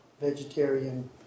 vegetarian